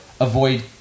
avoid